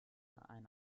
ein